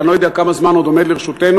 ואני לא יודע כמה זמן עומד לרשותנו,